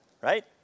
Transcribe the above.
right